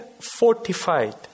fortified